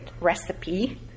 recipe